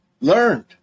learned